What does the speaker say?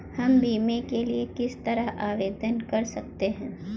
हम बीमे के लिए किस तरह आवेदन कर सकते हैं?